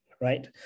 Right